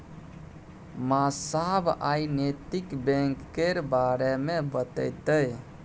मास्साब आइ नैतिक बैंक केर बारे मे बतेतै